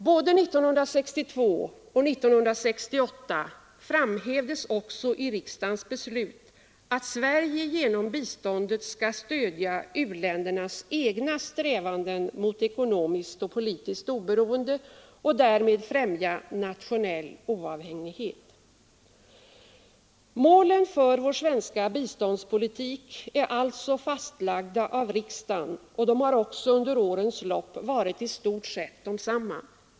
Både 1962 och 1968 framhävdes också i riksdagens beslut, att Sverige genom biståndet skall stödja u-ländernas egna strävanden mot ekonomiskt och politiskt oberoende och därmed främja nationell oavhängighet. Målen för vår svenska biståndspolitik är alltså fastlagda av riksdagen, och de har också under årens lopp varit i stort sett desamma.